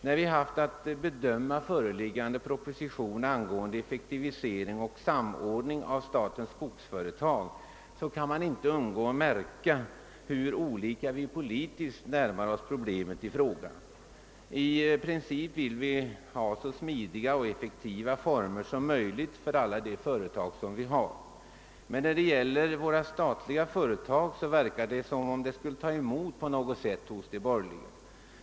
När det gällt att behandla förevarande proposition angående effektivisering och samordning av statens skogsföretag har man inte kunnat undgå att märka hur olika vi politiskt har närmat oss problemet. I princip vill vi ha så smidiga och effektiva former som möjligt för alla företag, men när det gäller de statliga företagen verkar det som om det på något sätt tog emot hos de borgerliga.